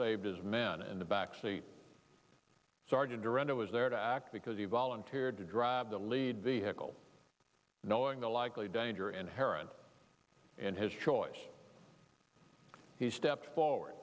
saved his men in the backseat sergeant duran i was there to act because he volunteered to drive the lead vehicle knowing the likely danger inherent in his choice he stepped forward